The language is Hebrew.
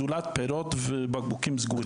בכלל לא להכניס שום אוכל זולת פירות ובקבוקים סגורים.